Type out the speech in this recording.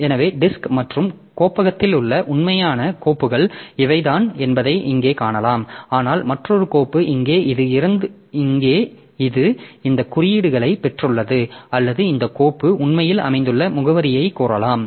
எனவே டிஸ்க் மற்றும் கோப்பகத்தில் உள்ள உண்மையான கோப்புகள் இவைதான் என்பதை இங்கே காணலாம் ஆனால் மற்றொரு கோப்பு இங்கே இது இந்த குறியீடுகளைப் பெற்றுள்ளது அல்லது இந்த கோப்பு உண்மையில் அமைந்துள்ள முகவரிகளை கூறலாம்